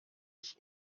ich